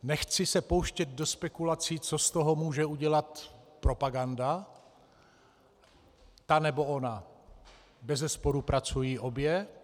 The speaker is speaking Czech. Nechci se pouštět do spekulací, co z toho může udělat propaganda ta nebo ona, bezesporu pracují obě.